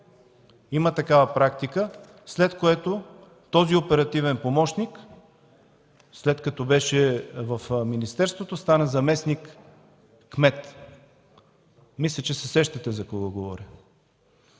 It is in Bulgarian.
има такава практика, след което този оперативен помощник – след като беше в министерството, стана заместник-кмет. Мисля, че се сещате за кого говоря.